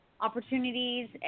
opportunities